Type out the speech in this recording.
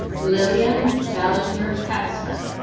lillian belanger-katzman.